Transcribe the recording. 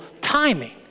timing